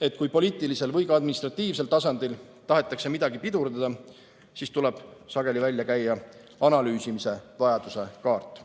et kui poliitilisel või ka administratiivsel tasandil tahetakse midagi pidurdada, siis tuleb sageli välja käia analüüsimise vajaduse kaart.